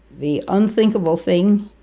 the unthinkable thing,